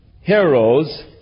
heroes